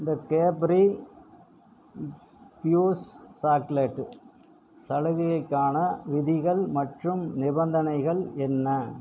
இந்த Cadbury Fuse chocolate சலுகைக்கான விதிகள் மற்றும் நிபந்தனைகள் என்ன